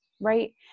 right